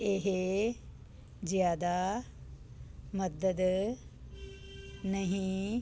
ਇਹ ਜ਼ਿਆਦਾ ਮਦਦ ਨਹੀਂ